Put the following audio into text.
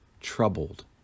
troubled